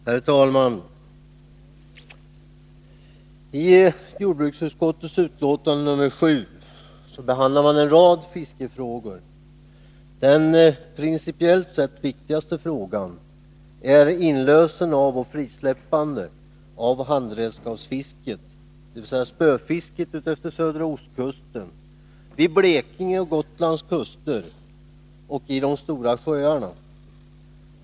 Herr talman! I jordbruksutskottets betänkande 1982/83:7 behandlar man en rad fiskefrågor. Den principiellt sett viktigaste frågan är inlösen och frisläppande av handredskapsfisket, dvs. spöfisket, utefter södra ostkusten, vid Blekinge och Gotlands kuster och i de stora sjöarna.